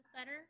better